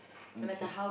okay